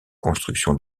construction